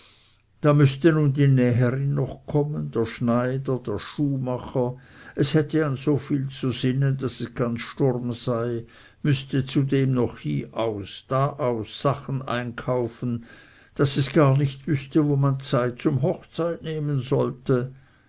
da müßte nun die näherin noch kommen der schneider der schuhmacher es hätte an so viel zu sinnen daß es ganz sturm sei müßte zudem noch hieaus daaus sachen einzukaufen daß es gar nicht wüßte wo man zeit zum hochzeit nehmen wollte